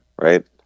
right